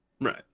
Right